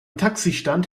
taxistand